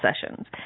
sessions